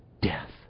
death